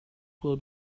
will